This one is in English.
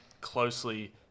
closely